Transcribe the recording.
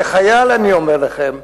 כחייל אני אומר לכם,